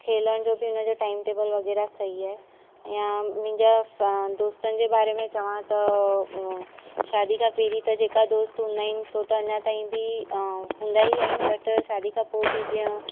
खेलण जो बि हुन जो टाइम टेबल वग़ैरह सही आहे या मुंहिंजा दोसतनि जे बारे में चवां त शादी खां पहिरियों त जेके दोस्त हूंदा आहिनि सो त अञा ताईं बि हूंदा ई आहिनि बट शादी खां पोइ बि जीअं